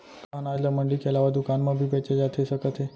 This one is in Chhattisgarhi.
का अनाज ल मंडी के अलावा दुकान म भी बेचे जाथे सकत हे?